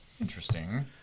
Interesting